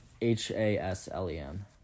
H-A-S-L-E-M